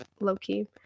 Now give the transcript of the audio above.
low-key